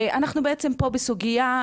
ואנחנו פה בעצם בסוגייה.